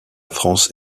france